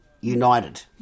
united